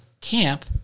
camp